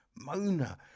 Mona